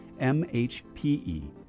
mhpe